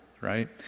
right